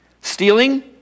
Stealing